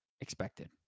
expected